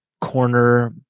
corner